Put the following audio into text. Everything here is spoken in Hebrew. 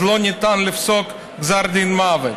אז לא ניתן לפסוק גזר דין מוות.